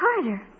Carter